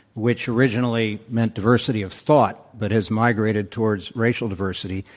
which originally meant diversity of thought, but has migrated toward s racial diversity,